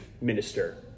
minister